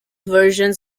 versions